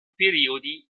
periodi